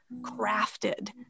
crafted